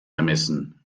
ermessen